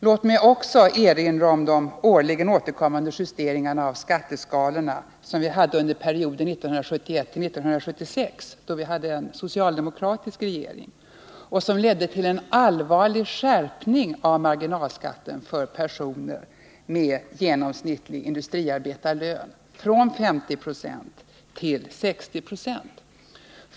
Låt mig också erinra om de justeringar av skatteskalan som årligen återkom under perioden 1971-1976, då vi hade socialdemokratisk regering, och som ledde till en allvarlig skärpning av marginalskatten från 50 9 till 60 90 för personer med genomsnittlig industriarbetarlön.